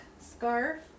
scarf